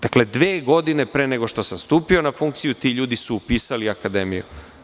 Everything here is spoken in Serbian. Dakle, dve godine pre nego što sam stupio na funkciju su ti ljudi upisali akademiju.